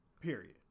Period